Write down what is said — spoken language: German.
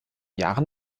jahren